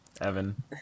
Evan